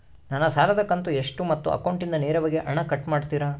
ನನ್ನ ಸಾಲದ ಕಂತು ಎಷ್ಟು ಮತ್ತು ಅಕೌಂಟಿಂದ ನೇರವಾಗಿ ಹಣ ಕಟ್ ಮಾಡ್ತಿರಾ?